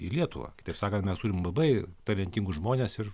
į lietuvą kitaip sakant mes turim labai talentingus žmones ir